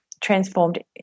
transformed